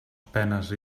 penes